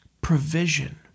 provision